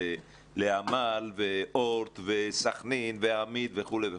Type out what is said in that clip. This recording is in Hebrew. לעמל ואורט וסכנין ואמית וכולי?